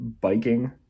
biking